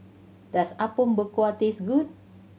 does Apom Berkuah taste good